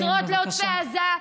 שעוזרות לעוטף עזה,